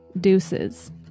Deuces